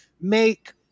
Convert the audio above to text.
make